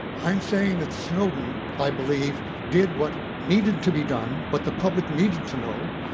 i'm saying that snowden, i believe, did what needed to be done, what the public needed to know.